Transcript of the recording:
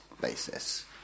basis